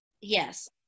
Yes